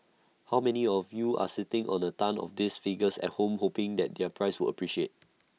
how many of you are sitting on A tonne of these figures at home hoping the their prices would appreciate